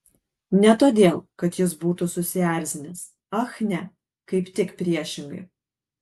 ne todėl kad jis būtų susierzinęs ach ne kaip tik priešingai